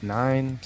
nine